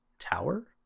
Tower